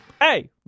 Hey